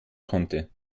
konnte